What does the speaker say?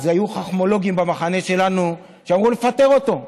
אז היו חכמולוגים במחנה שלנו שאמרו: לפטר אותו,